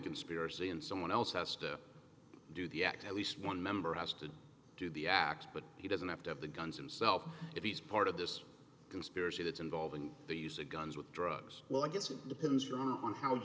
conspiracy and someone else has to do the act at least one member has to do the act but he doesn't have to have the guns himself if he's part of this conspiracy that's involving the use of guns with drugs well i guess it depends on how